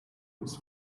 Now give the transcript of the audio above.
this